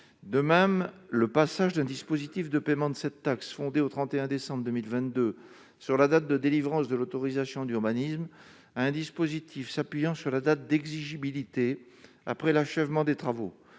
de même le passage d'un dispositif de paiement de cette taxe, fondée au 31 décembre 2022 sur la date de délivrance de l'autorisation d'urbanisme un dispositif s'appuyant sur la date d'exigibilité après l'achèvement des travaux